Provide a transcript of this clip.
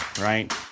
right